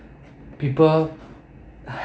people